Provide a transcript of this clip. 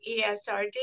ESRD